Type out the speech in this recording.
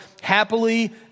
Happily